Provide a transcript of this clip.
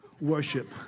worship